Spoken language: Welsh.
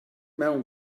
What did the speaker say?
mewn